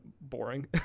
boring